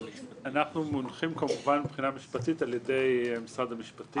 אנחנו מונחים כמובן מבחינה משפטית על ידי משרד המשפטים.